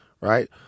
Right